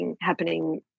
happening